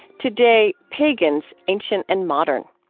today, pagans ancient and modern.